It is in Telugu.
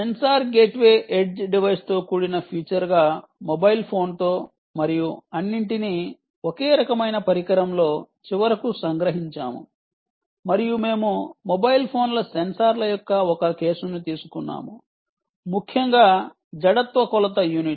సెన్సార్ గేట్వే ఎడ్జ్ డివైస్తో కూడిన ఫీచర్గా మొబైల్ ఫోన్తో మరియు అన్నింటినీ ఒకే రకమైన పరికరంలో చివరకు సంగ్రహించాము మరియు మేము మొబైల్ ఫోన్ల సెన్సార్ల యొక్క ఒక కేసును తీసుకున్నాము ముఖ్యంగా జడత్వ కొలత యూనిట్